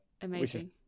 amazing